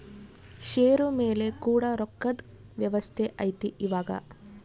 ಷೇರು ಮೇಲೆ ಕೂಡ ರೊಕ್ಕದ್ ವ್ಯವಸ್ತೆ ಐತಿ ಇವಾಗ